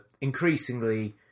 increasingly